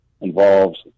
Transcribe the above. involves